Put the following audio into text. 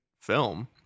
film